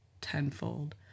tenfold